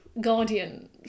guardian